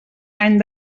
any